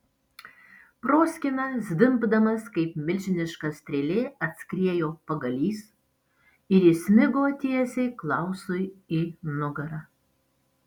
proskyna zvimbdamas kaip milžiniška strėlė atskriejo pagalys ir įsmigo tiesiai klausui į nugarą